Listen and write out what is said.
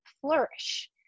flourish